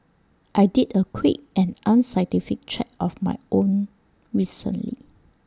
I did A quick and unscientific check of my own recently